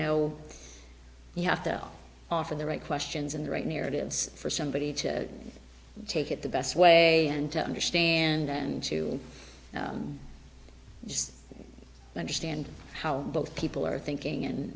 know you have to offer the right questions and the right near it is for somebody to take it the best way and to understand and to understand how both people are thinking and